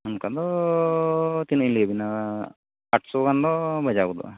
ᱚᱱᱠᱟ ᱫᱚ ᱛᱤᱱᱟᱹᱜ ᱤᱧ ᱞᱟᱹᱭᱟᱵᱤᱱᱟ ᱟᱴᱥᱚ ᱜᱟᱱ ᱫᱚ ᱵᱟᱡᱟᱣ ᱜᱚᱫᱚᱜᱼᱟ